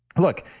look,